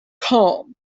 calm